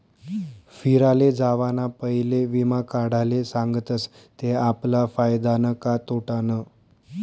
फिराले जावाना पयले वीमा काढाले सांगतस ते आपला फायदानं का तोटानं